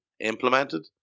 implemented